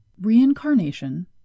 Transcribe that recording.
reincarnation